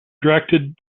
directed